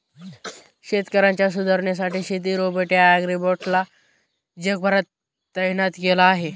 शेतकऱ्यांच्या सुधारणेसाठी शेती रोबोट या ॲग्रीबोट्स ला जगभरात तैनात केल आहे